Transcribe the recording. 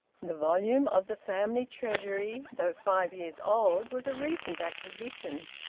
the volume of the family treasury, though five years old, was a recent acquisition.